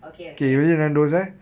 okay okay